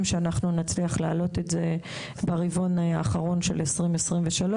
שנצליח להעלות את זה ברבעון האחרון של 2023,